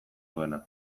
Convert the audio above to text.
duena